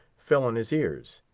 fell on his ears.